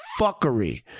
fuckery